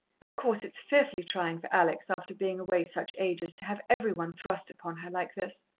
of course, it's fearfully trying for alex, after being away such ages, to have every one thrust upon her like this.